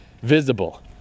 visible